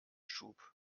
schub